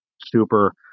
super –